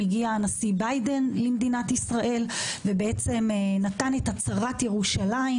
הגיע הנשיא ביידן למדינת ישראל ונתן את הצהרת ירושלים,